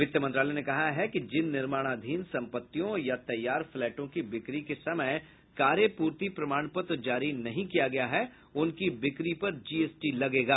वित्त मंत्रालय ने कहा है कि जिन निर्माणाधीन सम्पत्तियों या तैयार फ्लैटों की बिक्री के समय कार्य पूर्ति प्रमाण पत्र जारी नहीं किया गया है उन की बिक्री पर जीएसटी लगेगा